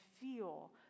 feel